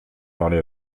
parlé